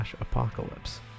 apocalypse